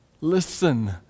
listen